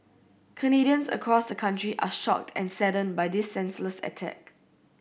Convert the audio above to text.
Canadians across the country are shocked and saddened by this senseless attack